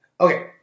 Okay